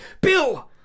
Bill